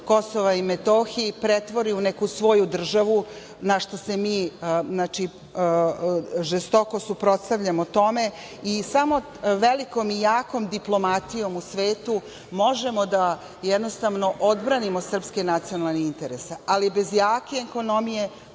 Kosova i Metohije i pretvori je u neku svoju državu, a mi se žestoko suprotstavljamo tome. Samo velikom i jakom diplomatijom u svetu možemo da jednostavno, odbranimo srpske nacionalne interese, ali bez jake ekonomije